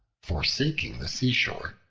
forsaking the seashore,